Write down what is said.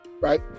right